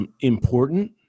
important